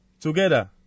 Together